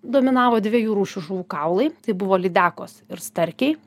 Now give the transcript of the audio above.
dominavo dviejų rūšių žuvų kaulai tai buvo lydekos ir starkiai